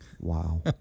wow